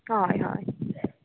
हय हय